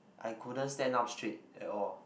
I couldn't stand up straight at all